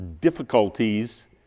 difficulties